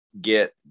get